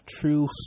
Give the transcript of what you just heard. True